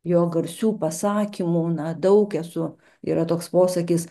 jo garsių pasakymų na daug esu yra toks posakis